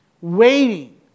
Waiting